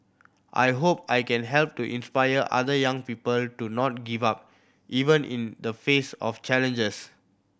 I hope I can help to inspire other young people to not give up even in the face of challenges